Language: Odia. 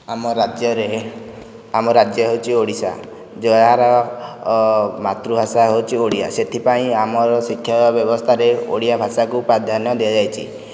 ଆମ ରାଜ୍ୟରେ ଆମ ରାଜ୍ୟ ହେଉଛି ଓଡ଼ିଶା ଯାହାର ମାତୃଭାଷା ହେଉଛି ଓଡ଼ିଆ ସେଥିପାଇଁ ଆମର ଶିକ୍ଷା ବ୍ୟବସ୍ଥାରେ ଓଡ଼ିଆ ଭାଷାକୁ ପ୍ରାଧାନ୍ୟ ଦିଆଯାଇଛି